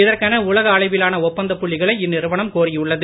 இதற்கென உலக அளவிலான ஒப்பந்த புள்ளிகளை இந்நிறுவனம் கோரியுள்ளது